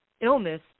illness